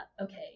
okay